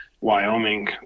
Wyoming